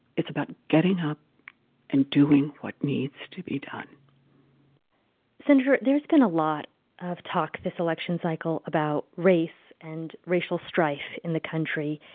it's about getting up and doing what needs to be done senator, there's been a lot of talk this election cycle about race and racial strife in the country.